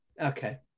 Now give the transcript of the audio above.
okay